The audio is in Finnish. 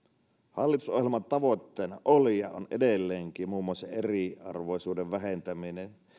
hallitusohjelman tavoitteena oli ja on edelleenkin muun muassa eriarvoisuuden vähentäminen